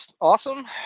Awesome